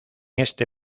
este